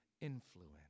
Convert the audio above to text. influence